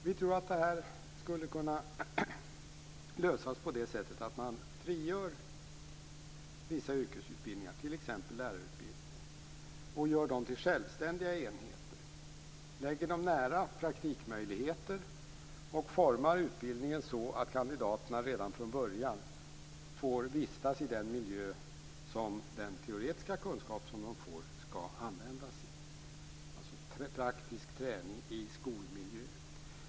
Vi tror att detta skulle lösas genom att man frigör vissa yrkesutbildningar, t.ex. lärarutbildningen, och gör dem till självständiga enheter, lägger dem nära praktikmöjligheterna och formar utbildningen så att kandidaterna redan från början får vistas i den miljö som den teoretiska kunskap som de får skall användas i. Det handlar alltså om praktisk träning i skolmiljö.